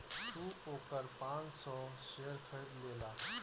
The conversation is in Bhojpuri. तू ओकर पाँच सौ शेयर खरीद लेला